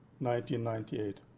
1998